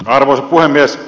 arvoisa puhemies